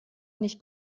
nicht